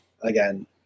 again